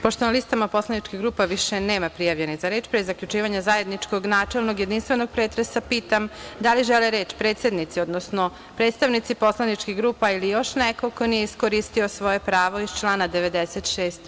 Pošto na listama poslaničkih grupa više nema prijavljenih za reč, pre zaključivanja zajedničkog načelnog i jedinstvenog pretresa, pitam da li žele reč predsednici, odnosno predstavnici poslaničkih grupa ili još neko ko nije iskoristio svoje pravo iz člana 96.